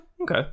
Okay